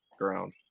ground